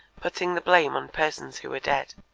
putting the blame on persons who were dead.